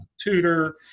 tutor